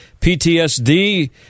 PTSD